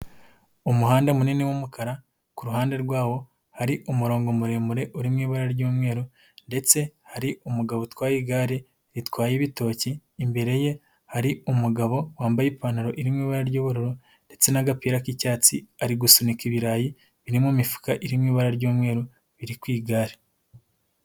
Umuhanda munini w'umukara, ku ruhande rwawo, hari umurongo muremure uri mu ibara ry'umweru ndetse hari umugabo utwaye igare ritwaye ibitoki, imbere ye hari umugabo wambaye ipantaro irimo ibara ry'ubururu ndetse n'agapira k'icyatsi, ari gusunika ibirayi biri mu mifuka iri mu ibara ry'umweru biri ku igare.